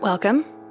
Welcome